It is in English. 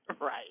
Right